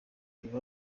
reba